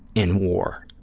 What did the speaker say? in war,